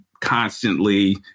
constantly